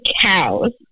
cows